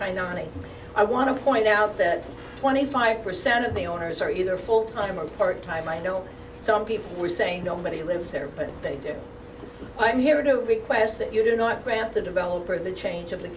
three i want to point out that twenty five percent of the owners are either full time a part time i know some people were saying nobody lives there but they do i'm here to request that you do not grant the developer the change of the